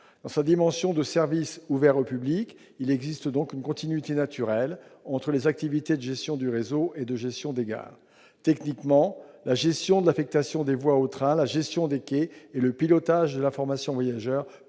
dans sa dimension de service ouvert au public. Il existe donc une continuité naturelle entre les activités de gestion du réseau et de gestion des gares. Techniquement, la gestion de l'affectation des voies aux trains, la gestion des quais et le pilotage de l'information des voyageurs